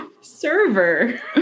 Server